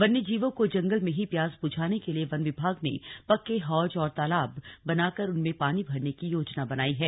वन्य जीवों को जंगल में ही प्यास बुझाने के लिए वन विभाग ने पक्के हौज और तालाब बनाकर उनमें पानी भरने की योजना बनाई है